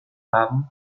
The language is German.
haben